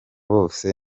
bose